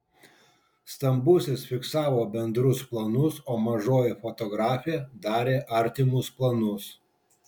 stambusis fiksavo bendrus planus o mažoji fotografė darė artimus planus